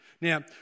Now